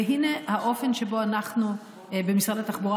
הינה האופן שבו אנחנו במשרד התחבורה